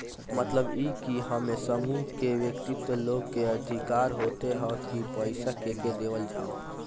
मतलब इ की एमे समूह के व्यक्ति लोग के अधिकार होत ह की पईसा केके देवल जाओ